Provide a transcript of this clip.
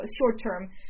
short-term